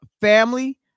family